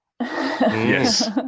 Yes